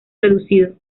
reducido